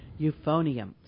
Euphonium